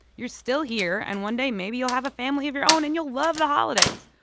you're still here. and one day, maybe you'll have a family of your own and you'll love the holidays.